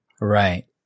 right